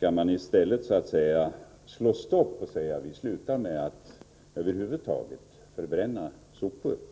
Eller också göra som Lars-Ove Hagberg föreslår i stället: slå stopp och sluta med att förbränna sopor över huvud taget.